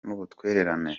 n’ubutwererane